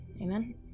Amen